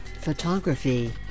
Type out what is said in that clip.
photography